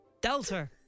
Delta